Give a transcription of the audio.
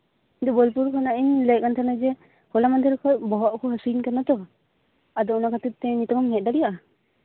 ᱤᱧ ᱫᱚ ᱵᱳᱞᱯᱩᱨ ᱠᱷᱚᱱᱟᱜ ᱤᱧ ᱞᱟᱹᱭ ᱮᱫ ᱛᱟᱸᱦᱮᱜ ᱡᱮ ᱦᱚᱞᱟ ᱢᱟᱦᱫᱮᱨ ᱠᱷᱚᱡ ᱵᱚᱦᱚᱜ ᱠᱚ ᱦᱟᱹᱥᱩᱧ ᱠᱟᱱᱟ ᱛᱚ ᱟᱫᱚ ᱚᱱᱟ ᱠᱷᱟᱹᱛᱤᱨ ᱛᱮ ᱱᱤᱛᱚᱜ ᱮᱢ ᱦᱮᱡ ᱫᱟᱲᱮᱭᱟᱜᱼᱟ